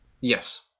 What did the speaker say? Yes